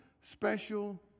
special